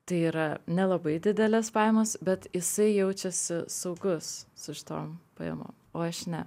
tai yra nelabai didelės pajamos bet jisai jaučiasi saugus su šitom pajamom o aš ne